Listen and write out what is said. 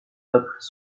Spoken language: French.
peuples